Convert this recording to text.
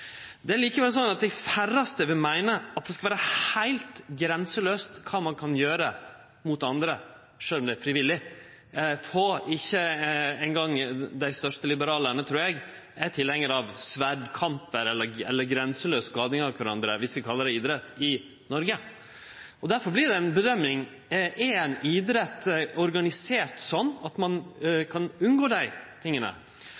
andre idrettar. Likevel vil dei færraste meine at det skal vere heilt grenselaust kva ein kan gjere mot andre, sjølv om det er frivillig. Få, ikkje eingong dei største liberalarane, trur eg, er tilhengarar av sverdkamp eller grenselaus skading av kvarandre – viss ein i Noreg kallar det idrett. Derfor vert dette ei bedømming: Er idretten organisert sånn at ein